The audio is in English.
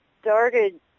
started